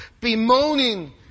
bemoaning